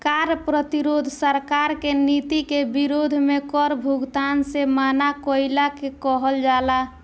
कार्य प्रतिरोध सरकार के नीति के विरोध में कर भुगतान से मना कईला के कहल जाला